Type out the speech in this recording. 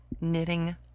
knitting